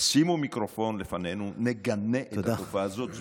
נשים מיקרופון לפנינו ונגנה את התופעה הזאת,